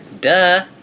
Duh